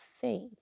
faith